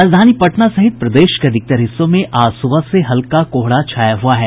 राजधानी पटना सहित प्रदेश के अधिकतर हिस्सों में आज सुबह से हल्का कोहरा छाया हुआ है